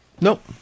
Nope